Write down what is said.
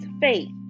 faith